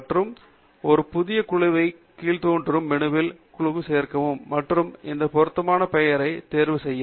மற்றும் ஒரு புதிய குழுவை கீழ்தோன்றும் மெனுவில் குழுவுக்குச் சேர்கவும் மற்றும் இந்த பட்டியலில் பொருத்தமான பெயரைத் தேர்வு செய்யவும்